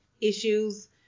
issues –